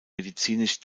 medizinisch